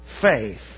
faith